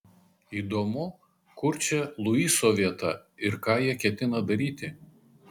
įdomu kur čia luiso vieta ir ką jie ketina daryti